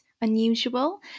unusual